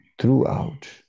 throughout